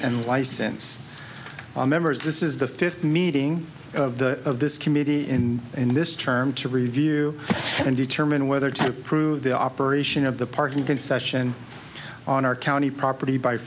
and license members this is the fifth meeting of this committee in in this term to review and determine whether to approve the operation of the parking concession on our county property by